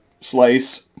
slice